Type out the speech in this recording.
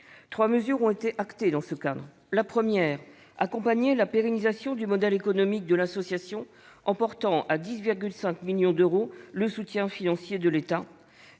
Trois mesures ont été actées dans ce cadre. La première consiste à accompagner la pérennisation du modèle économique de l'association en portant à 10,5 millions d'euros le soutien financier de l'État.